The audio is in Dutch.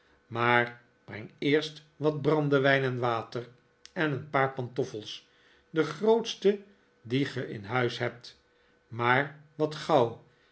maar breng eerst wat brandewijn en water en een paar pantoffels de grootste die ge in huis hebt maar wat gauw